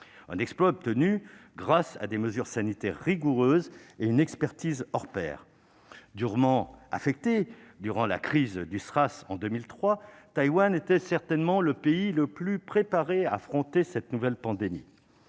un exploit obtenu grâce à des mesures sanitaires rigoureuses et une expertise hors pair. Durement affectée par la crise du SRAS en 2003, Taïwan était certainement le pays le mieux préparé pour affronter cette nouvelle pandémie.